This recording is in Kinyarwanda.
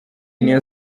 niyo